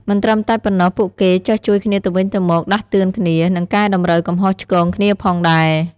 មិនត្រឹមតែប៉ុណ្ណោះ ពួកគេចេះជួយគ្នាទៅវិញទៅមក ដាស់តឿនគ្នា និងកែតម្រូវកំហុសឆ្គងគ្នាផងដែរ។